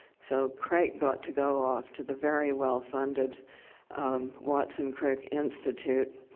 so crake got to go off to the very well-funded watson crick institute,